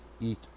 eat